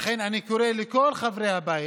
לכן אני קורא לכל חברי הבית,